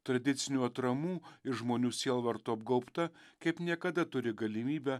tradicinių atramų ir žmonių sielvarto apgaubta kaip niekada turi galimybę